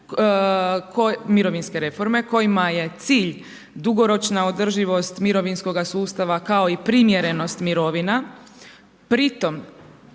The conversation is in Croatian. mirovinske reforme kojima je cilj dugoročna održivost mirovinskog sustava kao i primjerenost mirovina. Pri tom